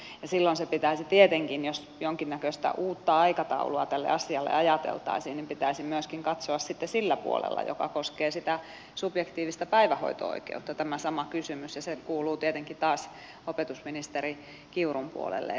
ja silloin se pitäisi tietenkin jos jonkinnäköistä uutta aikataulua tälle asialle ajateltaisiin myöskin katsoa sitten sillä puolella joka koskee sitä subjektiivista päivähoito oikeutta tämä sama kysymys ja se kuuluu tietenkin taas opetusministeri kiurun puolelle